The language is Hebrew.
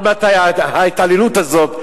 מתי סוף-סוף תיפסק ההתעללות הזאת?